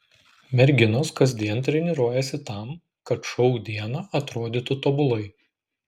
merginos kasdien treniruojasi tam kad šou dieną atrodytų tobulai